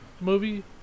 movie